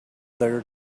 their